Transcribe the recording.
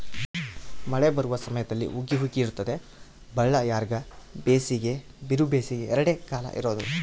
ಮಳೆ ಬರುವ ಸಮಯದಲ್ಲಿ ಹುಗಿ ಹುಗಿ ಇರುತ್ತದೆ ಬಳ್ಳಾರ್ಯಾಗ ಬೇಸಿಗೆ ಬಿರುಬೇಸಿಗೆ ಎರಡೇ ಕಾಲ ಇರೋದು